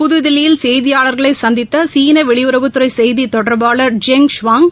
புதுதில்லியில் செய்தியாளர்களை சந்தித்த சீன வெளியுறவுத்துறை செய்தி தொடர்பாளர் கெங் ஸ்வங்